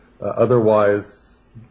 Otherwise